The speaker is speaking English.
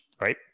right